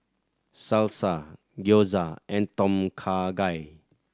Salsa Gyoza and Tom Kha Gai